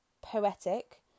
poetic